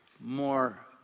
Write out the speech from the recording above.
more